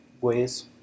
ways